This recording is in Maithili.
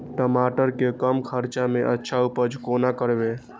टमाटर के कम खर्चा में अच्छा उपज कोना करबे?